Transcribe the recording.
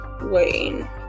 Wayne